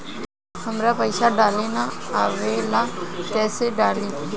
हमरा पईसा डाले ना आवेला कइसे डाली?